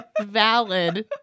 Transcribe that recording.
valid